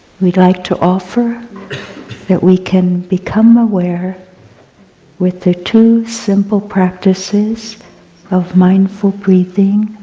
we'd like to offer that we can become aware with the two simple practices of mindful breathing